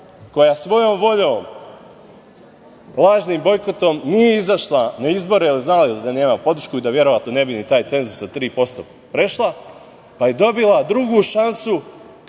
koja svojom voljom, lažnim bojkotom, nije izašla na izbore jer znala je da nema podršku i da verovatno ne bi ni taj cenzus od 3% prešla, pa je dobila drugu šansu,